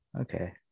Okay